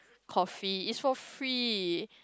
coffee is for free